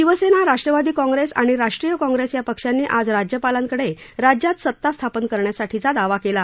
शिवसेना राष्ट्रवादी काँग्रेस आणि राष्ट्रीय काँग्रेस या पक्षांनी आज राज्यपालांकडे राज्यात सत्ता स्थापन करण्यासाठीचा दावा केला